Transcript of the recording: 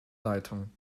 leitung